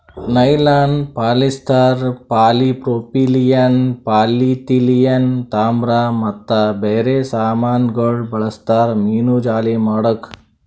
nylon, polyester, polypropylene, polyethylene, ತಾಮ್ರ ಮತ್ತ ಬೇರೆ ಸಾಮಾನಗೊಳ್ ಬಳ್ಸತಾರ್ ಮೀನುಜಾಲಿ ಮಾಡುಕ್